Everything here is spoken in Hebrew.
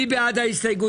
מי בעד קבלת ההסתייגות?